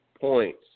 points